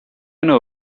know